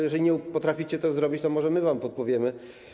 Jeżeli nie potraficie tego zrobić, to może my wam podpowiemy.